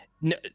No